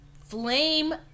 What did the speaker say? flame